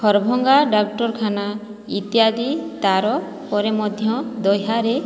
ହରଭଙ୍ଗା ଡାକ୍ଟରଖାନା ଇତ୍ୟାଦି ତା'ର ପରେ ମଧ୍ୟ ଦହ୍ୟାରେ